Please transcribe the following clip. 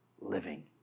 living